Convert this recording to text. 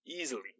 Easily